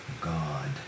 God